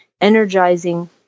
energizing